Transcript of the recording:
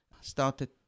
started